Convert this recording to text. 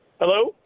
Hello